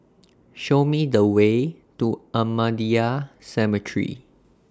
Show Me The Way to Ahmadiyya Cemetery